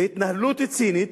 וההתנהלות היא צינית,